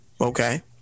Okay